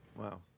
Wow